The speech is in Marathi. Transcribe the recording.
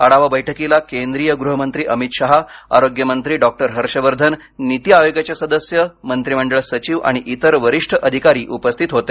आढावा बैठकीला केंद्रीय गृहमंत्री अमित शहा आरोग्यमंत्री डॉक्टर हर्षवर्धन नीती आयोगाचे सदस्य मंत्रिमंडळ सचिव आणि इतर वरिष्ठ अधिकारी उपस्थित होते